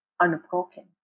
unbroken